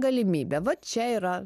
galimybė va čia yra